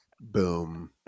Boom